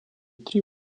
три